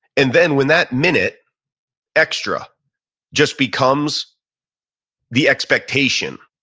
and then when that minute extra just becomes the expectation,